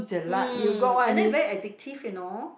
mm and then very addictive you know